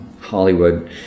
Hollywood